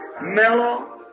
mellow